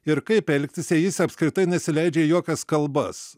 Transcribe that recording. ir kaip elgtis jei jis apskritai nesileidžia į jokias kalbas